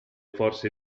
forze